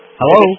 hello